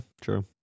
true